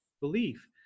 belief